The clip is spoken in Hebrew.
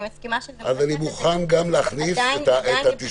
אני מוכן גם להכניס את ה"תשקול".